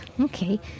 Okay